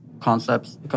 concepts